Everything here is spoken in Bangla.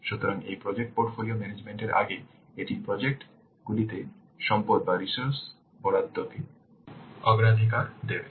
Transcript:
সুতরাং এই প্রজেক্ট পোর্টফোলিও ম্যানেজমেন্ট এর আগে এটি প্রজেক্ট গুলিতে সম্পদ বরাদ্দকে অগ্রাধিকার দেবে